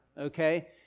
okay